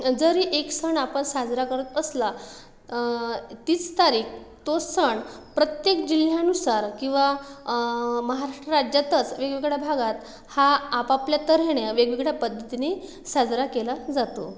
जरी एक सण आपण साजरा करत असला तीच तारीख तोच सण प्रत्येक जिल्ह्यानुसार किंवा महाराष्ट्र राज्यातच वेगवेगळ्या भागात हा आपआपल्या तऱ्हेने वेगवेगळ्या पद्धतीने साजरा केला जातो